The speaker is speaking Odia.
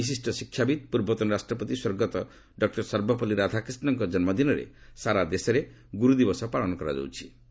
ବିଶିଷ୍ଟ ଶିକ୍ଷାବିତ୍ ପୂର୍ବତନ ରାଷ୍ଟ୍ରପତି ସ୍ୱର୍ଗତ ଡକୁର ସର୍ବପଲ୍ଲୀ ରାଧାକ୍ରିଷଙ୍କ ଜନ୍ମ ଦିନରେ ସାରା ଦେଶରେ ଗୁର୍ଦିବସ ପାଳନ କରାଯାଇଥାଏ